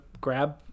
grab